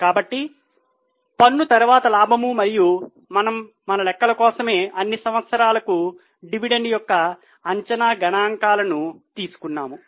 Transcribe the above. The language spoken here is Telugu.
కాబట్టి పన్ను తరువాత లాభం మరియు మనము మన లెక్కల కోసమే అన్ని సంవత్సరాలకు డివిడెండ్ యొక్క అంచనా గణాంకాలను తీసుకున్నాము